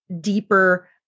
deeper